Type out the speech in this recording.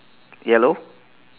yellow